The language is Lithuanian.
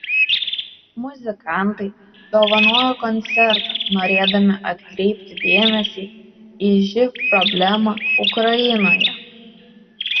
muzikantai dovanojo koncertą norėdami atkreipti dėmesį į živ problemą ukrainoje